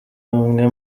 umwe